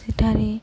ସେଠାରେ